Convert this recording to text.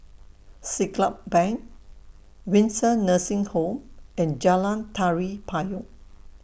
Siglap Bank Windsor Nursing Home and Jalan Tari Payong